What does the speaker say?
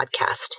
podcast